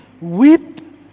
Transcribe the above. weep